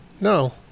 No